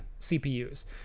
CPUs